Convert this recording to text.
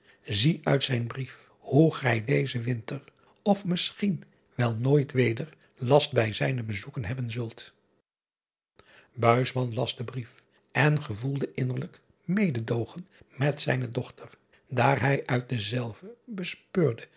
zie uit zijn brief hoe gij dezen winter of misschien wel nooit weder last bij zijne bezoeken hebben zult las den brief en gevoelde innerlijk mededoogen met zijne dochter daar hij uit denzelven bespeurde